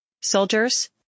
Soldiers